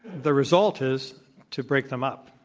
the result is to break them up.